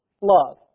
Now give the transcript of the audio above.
Love